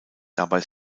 dabei